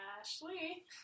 Ashley